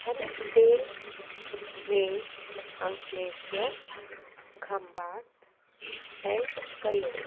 खनिज तेल में अंकलेश्वर खंबाट ऐं कलोन